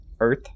Earth